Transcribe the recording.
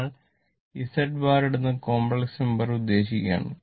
നിങ്ങൾ Z bar ഇടുന്ന complex number ഉദ്ദേശിക്കാണ്